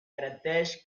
garanteix